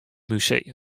museum